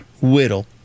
whittle